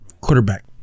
quarterback